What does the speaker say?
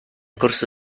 corso